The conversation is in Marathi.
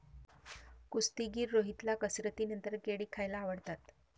कुस्तीगीर रोहितला कसरतीनंतर केळी खायला आवडतात